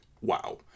wow